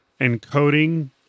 encoding